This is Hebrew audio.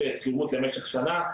שכירות למשך שנה,